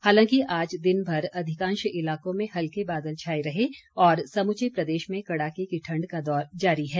हालांकि आज दिनभर अधिकांश इलाकों में हल्के बादल छाए रहे और समूचे प्रदेश में कड़ाके की ठण्ड का दौर जारी है